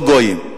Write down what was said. לא גויים.